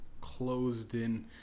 closed-in